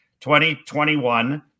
2021